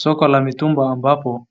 Soko la mitumba ambapo